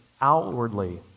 outwardly